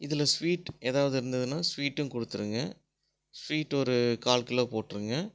இதில் ஸ்வீட் எதாவது இருந்ததுன்னா ஸ்வீட்டும் கொடுத்துருங்க ஸ்வீட் ஒரு கால் கிலோ போட்டுருங்க